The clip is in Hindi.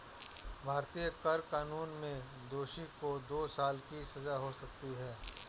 भारतीय कर कानून में दोषी को दो साल की सजा हो सकती है